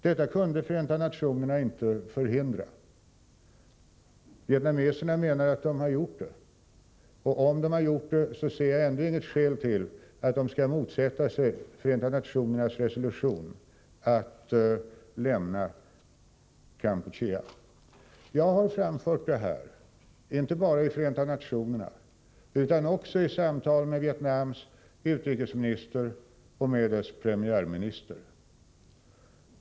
Detta kunde Förenta nationerna inte förhindra. Vietnameserna menar dock att det har satts stopp för klappjakten. Om detta har gjorts ser jag ändå inget skäl till att vietnameserna skall motsätta sig FN:s resolution att lämna Kampuchea. Jag har framfört detta, inte bara i FN utan också vid samtal med Vietnams utrikesminister och med dess premiärminister.